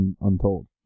Untold